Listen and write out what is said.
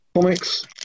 comics